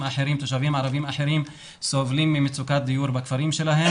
ערבים אחרים סובלים ממצוקת דיור בכפרים שלהם,